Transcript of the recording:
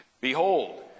behold